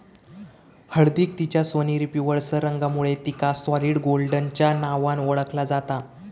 हळदीक तिच्या सोनेरी पिवळसर रंगामुळे तिका सॉलिड गोल्डच्या नावान ओळखला जाता